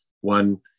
one